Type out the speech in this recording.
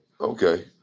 Okay